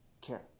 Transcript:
care